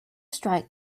strike